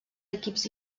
equips